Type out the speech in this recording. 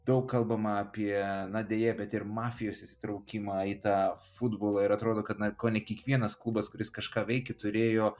daug kalbama apie na deja bet ir mafijos įsitraukimą į tą futbolą ir atrodo kad na kone kiekvienas klubas kuris kažką veikė turėjo